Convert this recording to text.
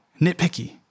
nitpicky